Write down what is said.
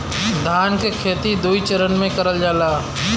धान के खेती दुई चरन मे करल जाला